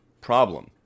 problem